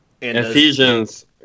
Ephesians